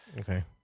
Okay